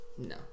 No